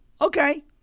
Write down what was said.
okay